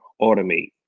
Automate